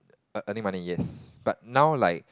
ear~ earning money yes but now like